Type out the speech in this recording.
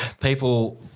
people